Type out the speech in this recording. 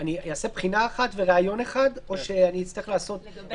אני אעשה בחינה אחת וראיון אחד או שאני אצטרך לעשות יותר?